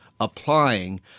applying